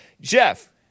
Jeff